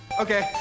Okay